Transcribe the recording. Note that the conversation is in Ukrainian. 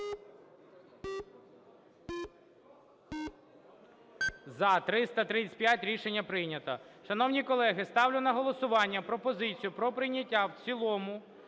За-339 Рішення прийнято. Шановні колеги, ставлю на голосування пропозицію про прийняття в цілому